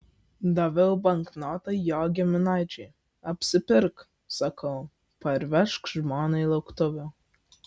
daviau banknotą jo giminaičiui apsipirk sakau parvežk žmonai lauktuvių